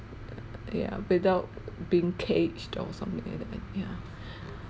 ya without being caged or something like that yeah